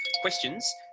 questions